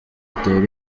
dutere